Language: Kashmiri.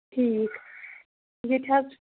ٹھیٖک ییٚتہِ حظ